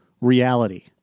reality